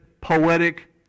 poetic